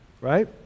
right